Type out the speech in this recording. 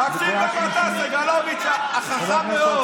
תקשיב גם אתה, סגלוביץ' החכם מאוד.